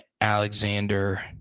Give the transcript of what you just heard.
Alexander